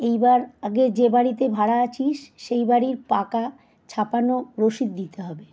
এইবার আগে যে বাড়িতে ভাড়া আছি সে সেই বাড়ির পাকা ছাপানো রসিদ দিতে হবে